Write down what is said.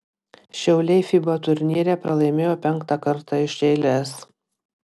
šiauliai fiba turnyre pralaimėjo penktą kartą iš eilės